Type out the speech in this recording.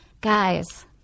Guys